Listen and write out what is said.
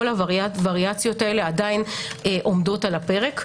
כל הווריאציות האלה עדיין עומדות על הפרק.